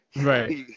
right